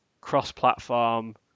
cross-platform